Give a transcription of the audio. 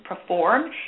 perform